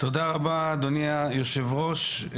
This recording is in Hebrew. בבקשה, אדוני היושב ראש.